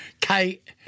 Kate